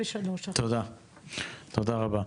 תודה רבה.